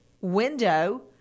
Window